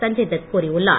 சஞ்சய் தத் கூறியுள்ளார்